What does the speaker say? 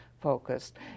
focused